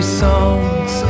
songs